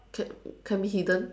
can can be hidden